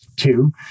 Two